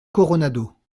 coronado